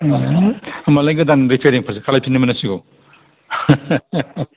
होनबालाय गोदान रिफाइयारिंफोरसो खालामफिननो मोननांसिगौ